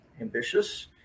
ambitious